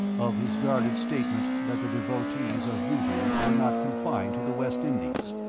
of his guarded statement that the devotees of voodoo were not confined to the west indies,